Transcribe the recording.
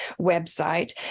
website